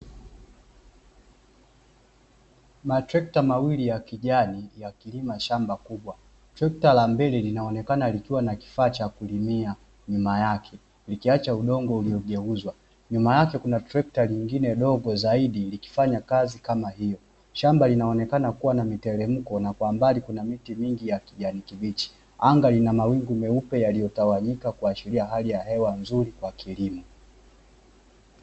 Matrekta mawili ya kijani yakilima shamba kubwa, trekta la mbele linaonekana likiwa na kifaa cha kulimia nyuma yake likiacha udongo uliogeuzwa. Nyuma yake kuna trekta lingine dogo zaidi likifanya kazi kama hiyo, shamba linaonekana kuwa na miteremko na kwa mbali kuna miti mingi ya kijani kibichi. Anga lina mawingu meupe yaliyotawanyika kuashiria hali ya hewa nzuri kwa kilimo.